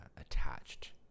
attached